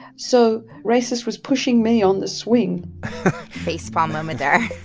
so racist was pushing me on the swing face palm moment there